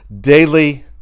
daily